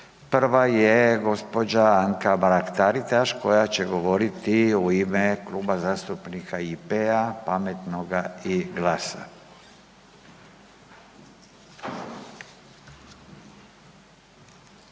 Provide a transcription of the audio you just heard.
Prva je gđa. Anka Mrak Taritaš koja će govoriti u ime Klub zastupnika IP-a, Pametnog i GLAS-a.